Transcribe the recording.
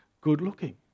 good-looking